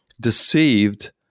deceived